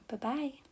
Bye-bye